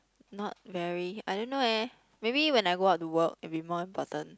not very I don't know eh maybe when I go out to work will be more important